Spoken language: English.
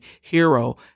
hero